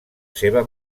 seva